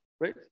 right